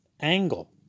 angle